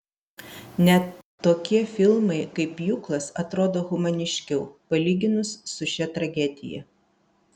net tokie filmai kaip pjūklas atrodo humaniškiau palyginus su šia tragedija